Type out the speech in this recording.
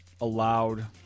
allowed